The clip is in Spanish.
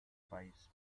país